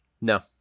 No